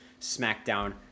SmackDown –